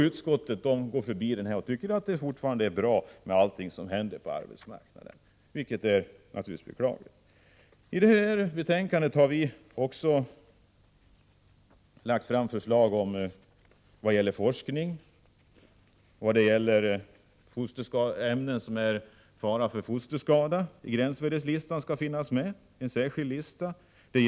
Utskottet går förbi denna fråga och tycker att det fortfarande är bra när det gäller allt som händer på arbetsmarknaden. Det är naturligtvis beklagligt att utskottet har den inställningen. Vi har också lagt fram förslag när det gäller forskning och när det gäller ämnen som innebär risk för fosterskada — det skall finnas en särskild gränsvärdeslista.